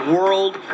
World